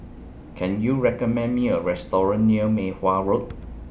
Can YOU recommend Me A Restaurant near Mei Hwan Road